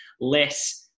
less